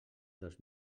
dos